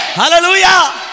Hallelujah